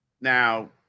Now